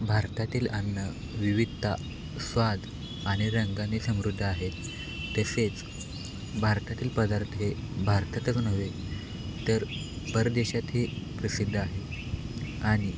भारतातील अन्न विविधता स्वाद आणि रंगाने समृद्ध आहेत तसेच भारतातील पदार्थ हे भारतातच नव्हे तर परदेशातही प्रसिद्ध आहे आणि